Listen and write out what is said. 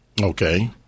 okay